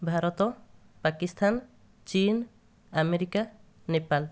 ଭାରତ ପାକିସ୍ଥାନ୍ ଚୀନ୍ ଆମେରିକା ନେପାଳ